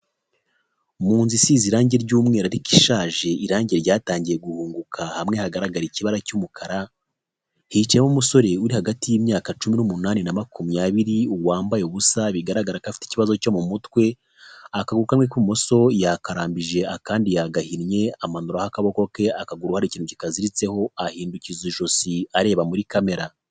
Munzu isize irangi ry'umwihari arikoko ishaje irangi ryatangiye guhunguka hamwe hagaragara ikibara cy'umukara hicayemo umusore uri hagati y'imyaka cumi n'umunani na makumyabiri wambaye ubusa bigaragara ko afite ikibazo cyo mu mutwe, akaguru kamwe k'ibumoso yakarambije akandi yagahinnye amanuraho akaboko ke akaguru hari ikintu kikaziritseho ahindukiza ijosi areba muri kamera.